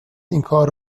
اینکار